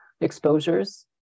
exposures